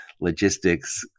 logistics